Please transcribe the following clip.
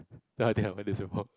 then I think I've heard this before